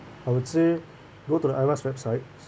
I would say go to the IRAS website